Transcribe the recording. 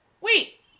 wait